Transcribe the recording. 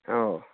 ꯑꯧ